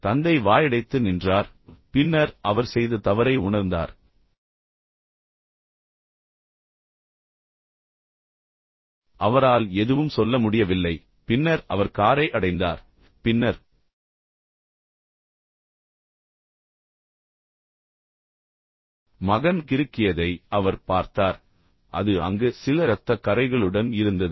எனவே தந்தை வாயடைத்து நின்றார் பின்னர் அவர் செய்த தவறை உணர்ந்தார் அவரால் எதுவும் சொல்ல முடியவில்லை பின்னர் அவர் காரை அடைந்தார் பின்னர் மகன் கிறுக்கியதை அவர் பார்த்தார் அது அங்கு சில இரத்தக் கறைகளுடன் இருந்தது